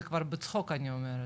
זה כבר בצחוק אני אומרת,